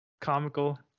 Comical